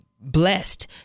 blessed